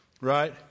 Right